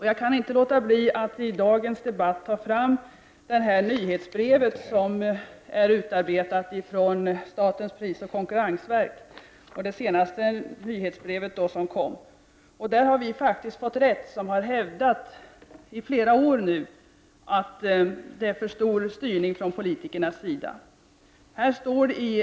Jag kan inte låta bli att i dagens debatt ta upp det senaste nyhetsbrev som har utarbetats av statens prisoch konkurrensverk. Vi som i flera år har hävdat att det är en för stark styrning från politikernas sida har faktiskt fått rätt.